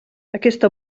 aquesta